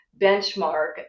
benchmark